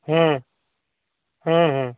हम्म हम्म हम्म